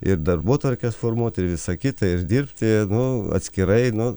ir darbotvarkes formuot ir visa kita ir dirbti nu atskirai nu